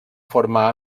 formar